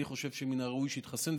אני חושב שמן הראוי שיתחסן,